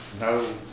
No